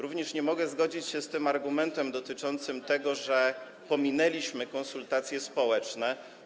Również nie mogę zgodzić się z tym argumentem dotyczącym tego, że pominęliśmy konsultacje społeczne.